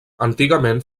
antigament